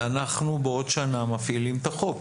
אנחנו בעוד שנה מפעילים את החוק.